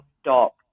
stop